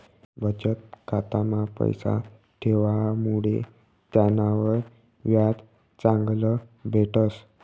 बचत खाता मा पैसा ठेवामुडे त्यानावर व्याज चांगलं भेटस